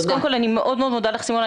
אז קודם כל אני מאוד מודה לך, סימונה.